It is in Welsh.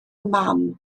mam